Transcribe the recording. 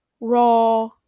Raw